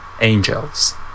angels